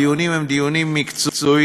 הדיונים הם דיונים מקצועיים,